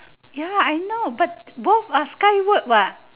ya I know but both are skyward what